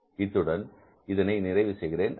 இத்துடன் இதனை நிறைவு செய்கிறேன்